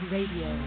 Radio